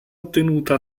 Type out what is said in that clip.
ottenuta